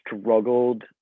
struggled